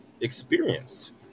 experienced